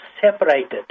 separated